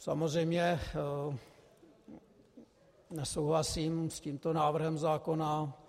Samozřejmě nesouhlasím s tímto návrhem zákona.